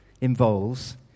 involves